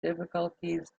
difficulties